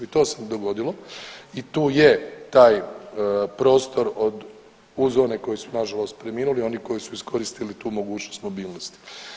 I to se dogodilo i tu je taj prostor od, uz one koji su nažalost preminuli i oni koji su iskoristili tu mogućnost mobilnosti.